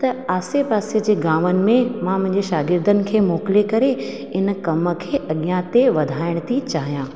त आसे पासे जे गांवनि में मां मुंहिंजे शागिर्दनि खे मोकिले करे इन कम खे अॻियां ते वधाइण थी चाहियां